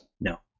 No